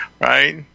Right